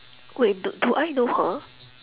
wait d~ do I know her